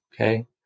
Okay